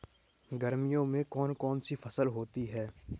गर्मियों में कौन कौन सी फसल होती है?